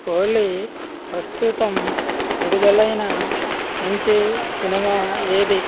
ఓలీ ప్రస్తుతం విడుదలైన మంచి సినిమా ఏది